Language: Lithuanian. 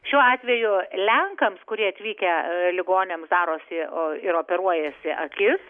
šiuo atveju lenkams kurie atvykę ligoniams darosi ir operuojasi akis